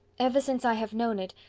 ever since i have known it,